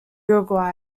uruguay